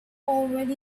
already